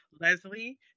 Leslie